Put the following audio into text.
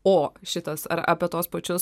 o šitas ar apie tuos pačius